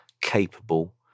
capable